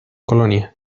colonia